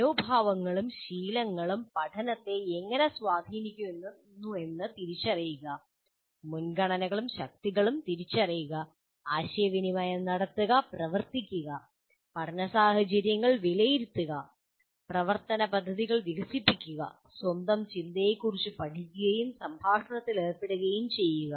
മനോഭാവങ്ങളും ശീലങ്ങളും പഠനത്തെ എങ്ങനെ സ്വാധീനിക്കുന്നുവെന്ന് തിരിച്ചറിയുക മുൻഗണനകളും ശക്തികളും തിരിച്ചറിയുക ആശയവിനിമയം നടത്തുക പ്രവർത്തിക്കുക പഠന സാഹചര്യങ്ങൾ വിലയിരുത്തുക പ്രവർത്തന പദ്ധതികൾ വികസിപ്പിക്കുക സ്വന്തം ചിന്തയെക്കുറിച്ച് പഠിക്കുകയും സംഭാഷണത്തിൽ ഏർപ്പെടുകയും ചെയ്യുക